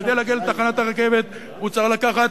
כדי להגיע לתחנת הרכבת הוא צריך לקחת